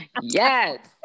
yes